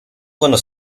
cuando